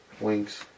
Wings